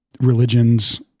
religions